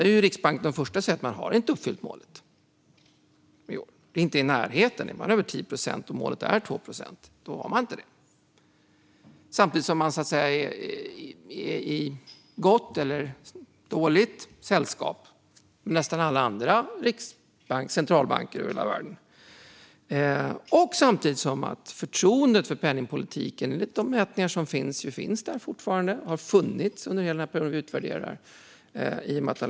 Riksbanken är den första som säger att man inte har uppfyllt målet i år. Man är inte i närheten. Är inflationen över 10 procent och målet är 2 procent har man inte nått målet. Samtidigt är man i gott, eller dåligt, sällskap med nästan alla andra centralbanker i världen. De mätningar som har gjorts visar att det finns ett förtroende, och det har funnits där under hela den period som utvärderats.